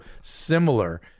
similar